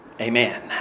Amen